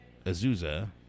Azusa